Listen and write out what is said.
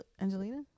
Angelina